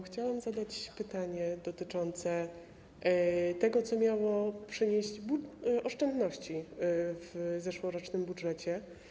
Chciałam zadać pytanie dotyczące tego, co miało przynieść oszczędności w zeszłorocznym budżecie.